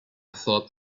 thought